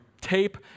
tape